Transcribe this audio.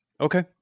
Okay